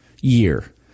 year